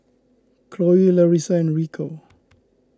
Cloe Larissa and Rico